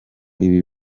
ibi